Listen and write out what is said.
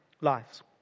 lives